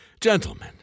Gentlemen